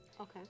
okay